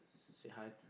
say hi